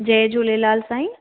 जय झूलेलाल साईं